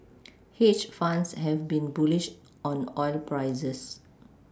hedge funds have been bullish on oil prices